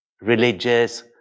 religious